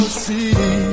see